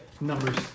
numbers